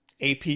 AP